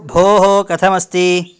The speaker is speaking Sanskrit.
भोः कथमस्ति